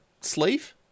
sleeve